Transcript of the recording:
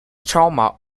trauma